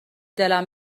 دلم